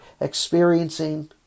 experiencing